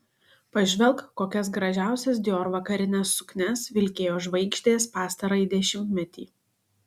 pažvelk kokias gražiausias dior vakarines suknias vilkėjo žvaigždės pastarąjį dešimtmetį